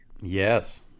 yes